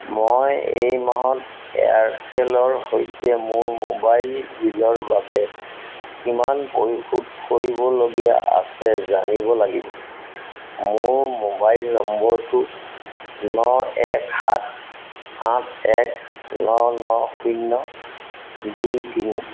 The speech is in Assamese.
মই এই মাহত এয়াৰচেলৰ সৈতে মোৰ মোবাইল বিলৰ বাবে কিমান পৰিশোধ কৰিবলগীয়া আছে জানিব লাগিব মোৰ মোবাইল নম্বৰটো ন এক সাত আঠ এক ন ন শূন্য দুই তিনি